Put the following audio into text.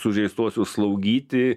sužeistuosius slaugyti